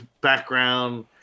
background